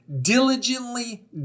diligently